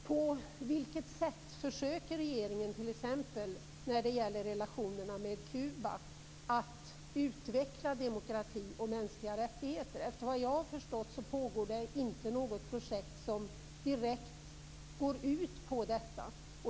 På vilket sätt försöker regeringen, t.ex. när det gäller relationerna med Kuba, att utveckla demokrati och mänskliga rättigheter? Såvitt jag har förstått pågår det inte något projekt som direkt går ut på detta.